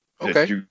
Okay